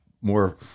more